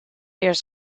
years